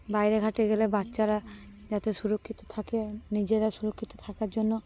বাইরে ঘাটে গেলে বাচ্চারা যাতে সুরক্ষিত থাকে নিজেরা সুরক্ষিত থাকার জন্য